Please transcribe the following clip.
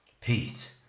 Pete